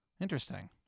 Interesting